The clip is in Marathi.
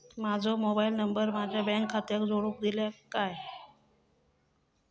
माजो मोबाईल नंबर माझ्या बँक खात्याक जोडून दितल्यात काय?